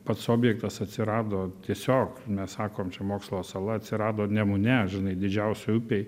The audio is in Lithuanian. pats objektas atsirado tiesiog mes sakom čia mokslo sala atsirado nemune žinai didžiausioj upėj